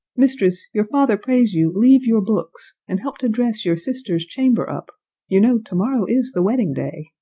mistress, your father prays you leave your books, and help to dress your sister's chamber up you know to-morrow is the wedding-day.